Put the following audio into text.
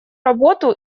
работу